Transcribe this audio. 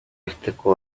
arteko